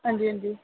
हां जी हां जी